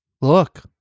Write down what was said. look